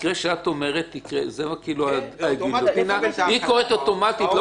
המקרה שאת אומרת, מקרה הגיליוטינה, קורה אוטומטית.